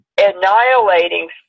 annihilating